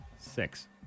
six